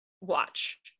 watch